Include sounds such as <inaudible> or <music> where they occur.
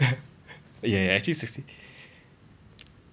<laughs> yeah actually sixteen